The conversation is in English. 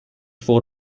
four